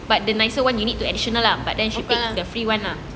but the nicer [one] you need to additional lah but then she pick the free [one] lah